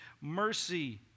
mercy